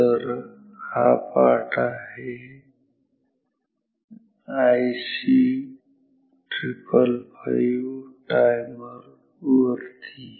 तर हा पाठ आहे IC 555 टायमर वरती आहे